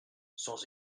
sans